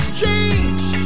change